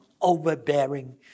overbearing